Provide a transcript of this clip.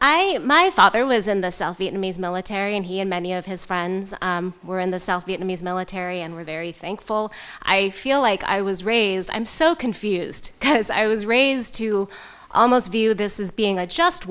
i my father was in the south vietnamese military and he and many of his friends were in the south vietnamese military and we're very thankful i feel like i was raised i'm so confused because i was raised to almost view this as being a just